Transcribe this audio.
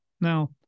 Now